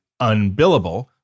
UNBILLABLE